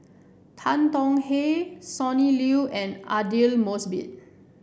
Tan Tong Hye Sonny Liew and Aidli Mosbit